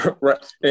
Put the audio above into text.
Right